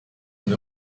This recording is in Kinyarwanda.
umwe